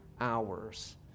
hours